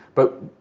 but